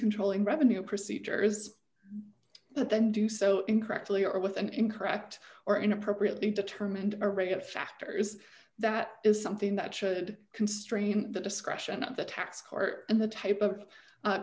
controlling revenue procedure is but then do so incorrectly or with an incorrect or inappropriately determined a rate of factors that is something that should constrain the discretion of the tax court and the type of